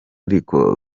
ariko